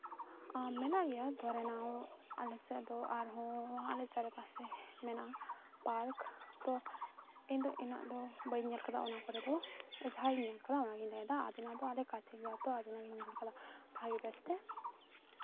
ᱢᱮᱱᱟᱜ ᱜᱮᱭᱟ ᱫᱷᱚᱨᱮ ᱱᱟᱣ ᱟᱞᱮ ᱥᱮᱫ ᱦᱚᱸ ᱟᱨᱦᱚᱸ ᱟᱞᱮ ᱪᱟᱨᱮ ᱯᱟᱥᱮ ᱢᱮᱱᱟᱜᱼᱟ ᱯᱟᱨᱠ ᱛᱚ ᱤᱧᱫᱚ ᱤᱱᱟᱹᱜ ᱫᱚ ᱵᱟᱹᱧ ᱧᱮᱞ ᱠᱟᱫᱟ ᱚᱱᱟ ᱠᱚᱨᱮ ᱫᱚ ᱡᱟᱦᱟᱸᱧ ᱧᱮᱞ ᱠᱟᱫᱟ ᱚᱱᱟᱜᱤᱧ ᱞᱟᱹᱭ ᱠᱮᱫᱟ ᱟᱹᱫᱤᱱᱟ ᱫᱚ ᱟᱞᱮ ᱠᱟᱪᱷᱮ ᱜᱮᱭᱟ ᱛᱚ ᱟᱹᱫᱤᱱᱟᱧ ᱧᱮᱞ ᱠᱟᱫᱟ ᱵᱷᱟᱹᱜᱤ ᱵᱮᱥ ᱛᱮ